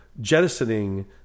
jettisoning